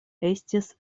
estis